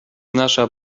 nasza